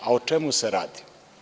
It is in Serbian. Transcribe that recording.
O čemu se radi?